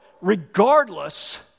regardless